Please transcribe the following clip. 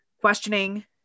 questioning